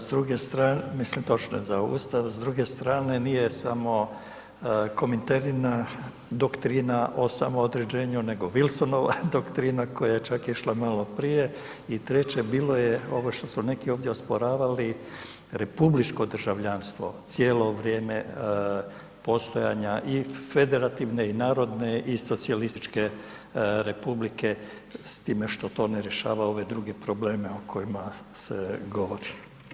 S druge strane, mislim točno je za Ustav, s druge strane nije samo kominterina, doktrina o samoodređenju, nego Vilsonova doktrina koja je čak išla malo prije i treće bilo je ovo što su neki ovdje osporavali, republičko državljanstvo cijelo vrijeme postojanja i federativne i narodne i socijalističke republike s time što to ne rješava ove druge probleme o kojima se govori.